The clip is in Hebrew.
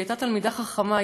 והיא הייתה תלמידה חכמה.